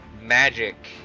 magic